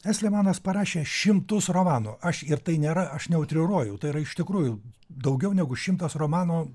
estlemanas parašė šimtus romanų aš ir tai nėra aš neutriruoju tai yra iš tikrųjų daugiau negu šimtas romanų